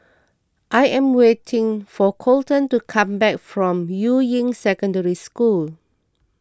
I am waiting for Colten to come back from Yuying Secondary School